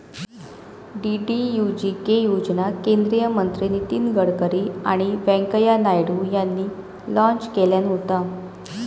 DDUGK योजना केंद्रीय मंत्री नितीन गडकरी आणि व्यंकय्या नायडू यांनी लॉन्च केल्यान होता